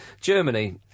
Germany